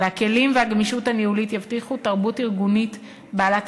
והכלים והגמישות הניהולית יבטיחו תרבות ארגונית בעלת